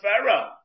pharaoh